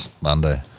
Monday